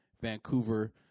Vancouver